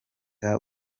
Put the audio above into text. kubera